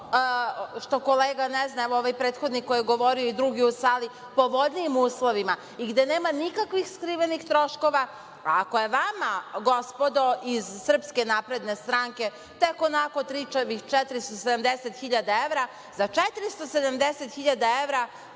što kolega ne zna, ovaj prethodni koji je govorio i drugi u sali, pogodnijim uslovima i gde nema nikakvih skrivenih troškova. Ako je vama, gospodo iz SNS, tek onako tričavih 470.000 evra, za 470.000 evra,